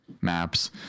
maps